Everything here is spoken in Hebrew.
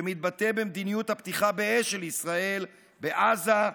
שמתבטא במדיניות הפתיחה באש של ישראל בעזה,